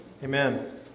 Amen